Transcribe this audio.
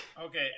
Okay